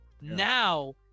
now